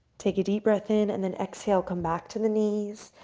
take a deep breath in, and then exhale, come back to the knees,